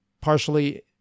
partially